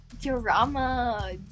Drama